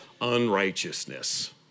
unrighteousness